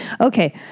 Okay